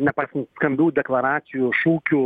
nepaisant skambių deklaracijų šūkių